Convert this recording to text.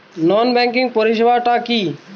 নন banking পরিষেবা টা কি?